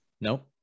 Nope